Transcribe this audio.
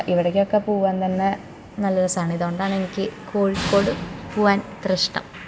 ഇവിടേക്കൊക്കെ പോവാൻ തന്നെ നല്ല രസമാണ് ഇതുകൊണ്ടാണ് എനിക്ക് കോഴിക്കോട് പോവാൻ ഇത്ര ഇഷ്ടം